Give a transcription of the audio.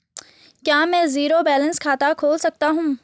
क्या मैं zero balance खाता खोल सकता हूँ?